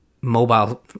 mobile